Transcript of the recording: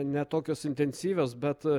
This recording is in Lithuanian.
ne tokios intensyvios bet